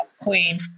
queen